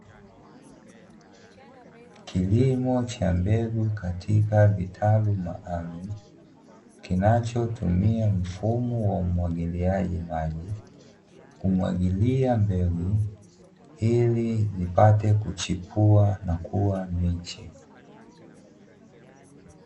Kilimo cha mbegu katika vitalu maalumu, kinachotumia mfumo wa umwagiliaji maji, kumwagilia mbegu, ili zipate kuchipua na kuwa miche.